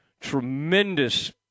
tremendous